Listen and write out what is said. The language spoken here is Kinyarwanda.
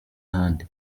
ahandi